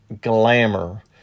glamour